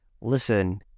Listen